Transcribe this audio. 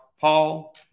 Paul